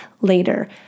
later